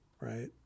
Right